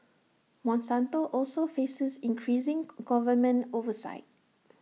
monsanto also faces increasing government oversight